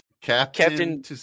Captain